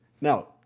Now